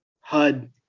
HUD